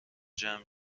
جمع